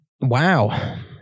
Wow